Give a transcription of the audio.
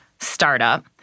startup